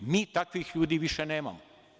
Mi takvih ljudi više nemamo.